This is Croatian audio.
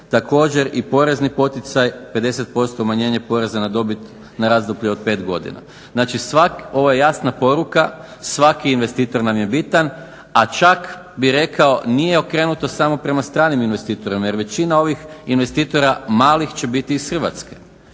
Također i porezni poticaj 50% umanjenje poreza na dobit na razdoblje od 5 godina. Znači, ovo je jasna poruka. Svaki investitor nam je bitan, a čak bih rekao nije okrenuto samo prema stranim investitorima, jer većina ovih investitora malih će biti iz Hrvatske.